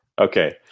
Okay